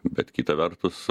bet kita vertus